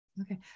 Okay